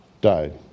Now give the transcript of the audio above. died